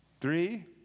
three